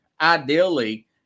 Ideally